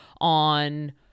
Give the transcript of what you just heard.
on